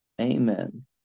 Amen